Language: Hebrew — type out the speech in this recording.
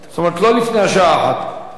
לא לפני השעה 01:00. זאת אומרת,